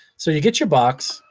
so, you get you box,